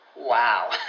Wow